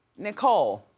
nicole,